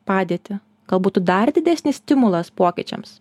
padėtį gal būtų dar didesnis stimulas pokyčiams